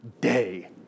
day